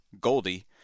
goldie